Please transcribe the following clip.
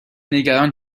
نگران